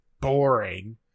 boring